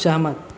सहमत